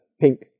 pink